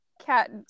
Cat